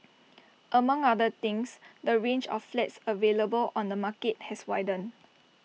among other things the range of flats available on the market has widened